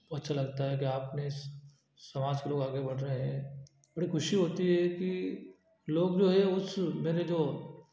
अच्छा लगता है कि आपने स समाज के लोग आगे बढ़ रहे हैं बड़ी ख़ुशी होती है कि लोग जो हैं उस मेरे जो